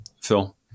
Phil